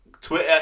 Twitter